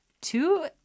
two